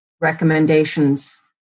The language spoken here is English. recommendations